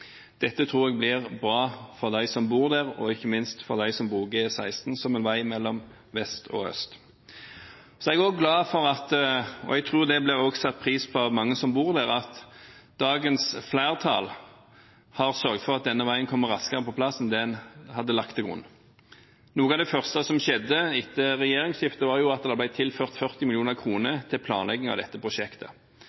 Dette tror jeg blir bra for dem som bor der, og ikke minst for dem som bruker E16 som en vei mellom vest og øst. Jeg er også glad for – og jeg tror det blir satt pris på av mange som bor der – at dagens flertall har sørget for at denne veien kommer raskere på plass enn det en hadde lagt til grunn. Noe av det første som skjedde etter regjeringsskiftet, var at det ble tilført 40 mill. kr til planlegging av dette prosjektet.